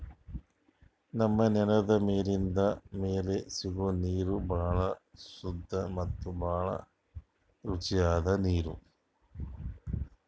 ನಮ್ಮ್ ನೆಲದ್ ಮ್ಯಾಲಿಂದ್ ಮ್ಯಾಲೆ ಸಿಗೋ ನೀರ್ ಭಾಳ್ ಸುದ್ದ ಮತ್ತ್ ಭಾಳ್ ರುಚಿಯಾದ್ ನೀರ್